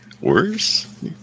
Worse